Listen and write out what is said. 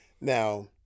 now